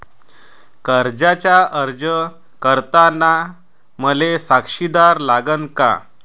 कर्जाचा अर्ज करताना मले साक्षीदार लागन का?